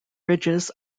ridges